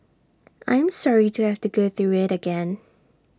I am sorry to have to go through IT again